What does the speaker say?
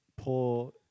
Poor